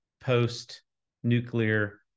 post-nuclear